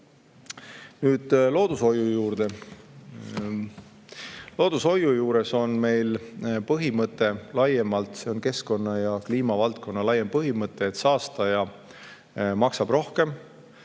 Nüüd loodushoiu juurde. Loodushoiu juures on meil põhimõte laiemalt, see on keskkonna- ja kliimavaldkonna laiem põhimõte, et saastaja maksab rohkem.